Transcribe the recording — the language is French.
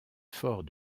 forts